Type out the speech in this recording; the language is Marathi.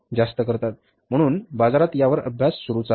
म्हणून बाजारात यावर अभ्यास सुरूच असते